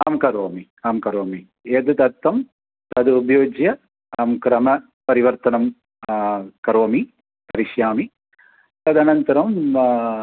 आं करोमि आं करोमि यद् दत्तं तद् उपयुज्य आं क्रमपरिवर्तनं करोमि करिष्यामि तदनन्तरं